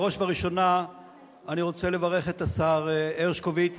בראש ובראשונה אני רוצה לברך את השר הרשקוביץ